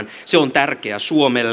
se on tärkeää suomelle